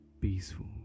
peaceful